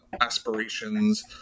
aspirations